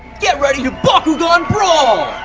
get ready to bakugan brawl!